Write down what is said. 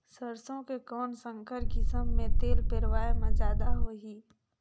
सरसो के कौन संकर किसम मे तेल पेरावाय म जादा होही?